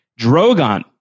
Drogon